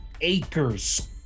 acres